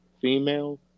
female